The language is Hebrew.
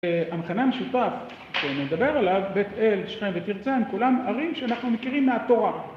המחנה המשותף שנדבר עליו, בית אל, שכם ותרצה, הם כולם ערים שאנחנו מכירים מהתורה.